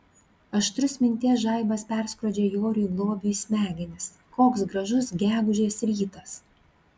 aštrus minties žaibas perskrodžia joriui globiui smegenis koks gražus gegužės rytas